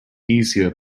easier